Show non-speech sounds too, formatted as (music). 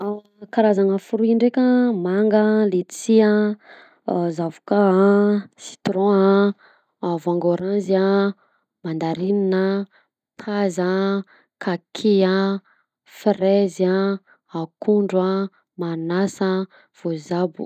(hesitation) Karazana fruit ndreka a: manga a, letchie a, zavoka a, citron a, voangy ôranzy a, mandarine a, paza a, kaky a, frezy a, akondro a, manasa a, voazabo.